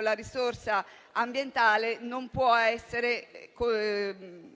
la risorsa ambientale non può essere